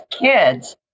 kids